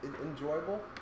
enjoyable